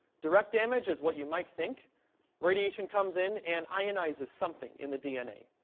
direct damage is what you might think radiation comes in and ionizes something in the dna,